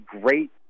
great